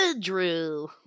Drew